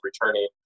returning